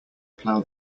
plough